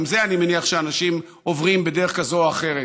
גם את זה אני מניח שאנשים עוברים בדרך כזאת או אחרת,